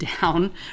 down